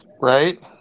right